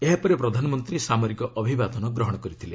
ଏହାପରେ ପ୍ରଧାନମନ୍ତ୍ରୀ ସାମରିକ ଅଭିବାଦନ ଗ୍ରହଣ କରିଥିଲେ